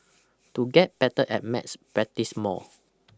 to get better at maths practise more